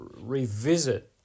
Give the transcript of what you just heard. revisit